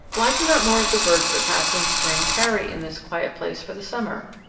why do not more of the birds that pass in spring tarry in this quiet place for the summer?